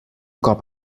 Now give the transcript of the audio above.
cop